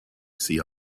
sea